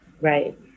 Right